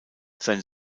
sein